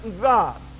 God